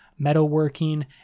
metalworking